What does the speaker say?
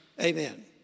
Amen